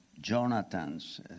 Jonathan's